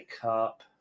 Cup